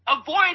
Avoid